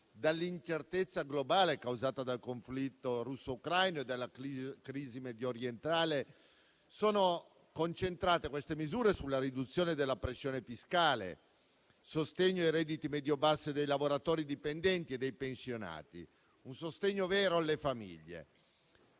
dall'incertezza globale causata dal conflitto russo-ucraino e dalla crisi mediorientale, esse sono concentrate sulla riduzione della pressione fiscale, sul sostegno ai redditi medio-bassi dei lavoratori dipendenti e dei pensionati, per dare un sostegno vero alle famiglie.